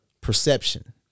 perception